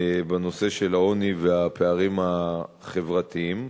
בנושא של העוני והפערים החברתיים.